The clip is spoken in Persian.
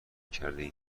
کردهایم